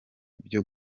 byo